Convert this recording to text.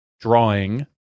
drawing